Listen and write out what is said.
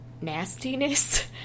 nastiness